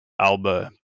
Alba